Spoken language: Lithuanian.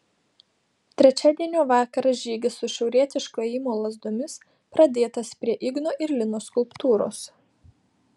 trečiadienio vakarą žygis su šiaurietiško ėjimo lazdomis pradėtas prie igno ir linos skulptūros